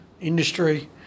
industry